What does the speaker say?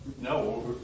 no